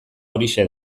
horixe